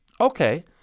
Okay